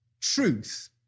truth